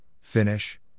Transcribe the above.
finish